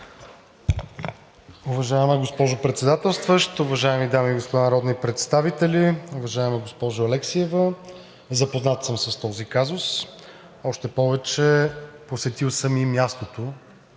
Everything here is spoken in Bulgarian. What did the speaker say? Уважаема госпожо Председателстващ, уважаеми дами и господа народни представители! Уважаема госпожо Алексиева, запознат съм с този казус, още повече посетил съм и мястото,